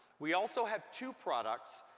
we also have two products,